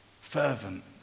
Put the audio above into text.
fervent